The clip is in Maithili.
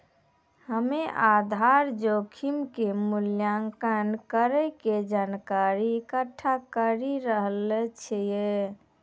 हम्मेआधार जोखिम के मूल्यांकन करै के जानकारी इकट्ठा करी रहलो छिऐ